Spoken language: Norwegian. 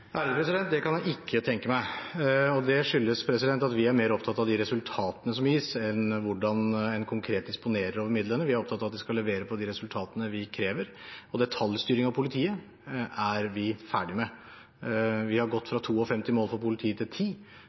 Det kan jeg ikke tenke meg, og det skyldes at vi er mer opptatt av resultatene som gis, enn av hvordan en konkret disponerer midlene. Vi er opptatt av at de skal levere på de resultatene vi krever, og detaljstyring av politiet er vi ferdig med. Vi har gått fra 52 til 10 mål for politiet